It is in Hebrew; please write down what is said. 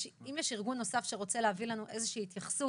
אם יש ארגון נוסף שרוצה להביא לנו איזושהי התייחסות